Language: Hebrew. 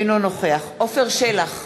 אינו נוכח עפר שלח,